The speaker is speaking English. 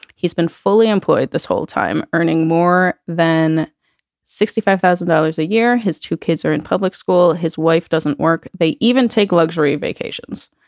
he's been fully employed this whole time, earning more than sixty five thousand dollars a year. his two kids are in public school. his wife doesn't work. they even take luxury vacations.